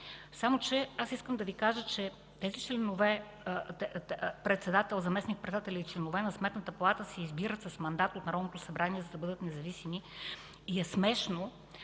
Само че аз искам да Ви кажа, че председателят, заместник-председателите и членовете на Сметната палата се избират с мандат от Народното събрание, за да бъдат независими и е смешно